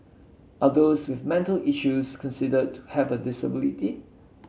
are those with mental issues considered to have a disability